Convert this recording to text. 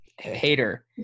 Hater